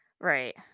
Right